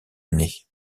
nez